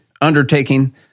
undertaking